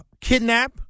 kidnap